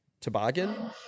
toboggan